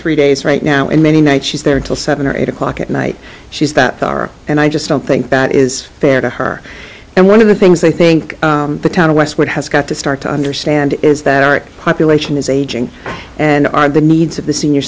three days right now and many nights she's there until seven or eight o'clock at night she's that car and i just don't think that is fair to her and one of the things i think the town of westwood has got to start to understand is that our population is aging and our the needs of the senior